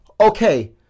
Okay